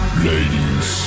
Ladies